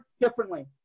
differently